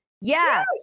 yes